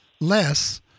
less